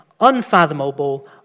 Unfathomable